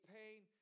pain